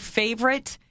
favorite